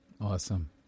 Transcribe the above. Awesome